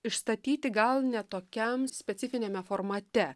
išstatyti gal ne tokiam specifiniame formate